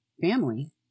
family